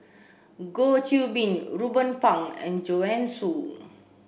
Goh Qiu Bin Ruben Pang and Joanne Soo